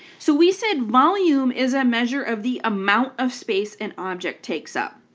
so we said volume is a measure of the amount of space an object takes up.